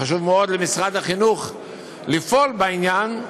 חשוב מאוד למשרד החינוך לפעול בעניין,